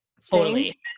Fully